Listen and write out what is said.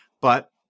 But-